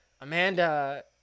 Amanda